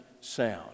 sound